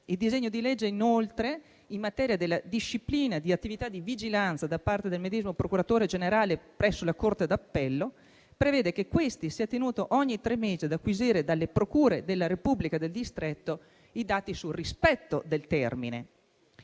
Il disegno di legge inoltre, in materia di disciplina di attività di vigilanza da parte del medesimo procuratore generale presso la corte d'appello, prevede che questi sia tenuto ogni tre mesi ad acquisire dalle procure della Repubblica del distretto i dati sul rispetto del termine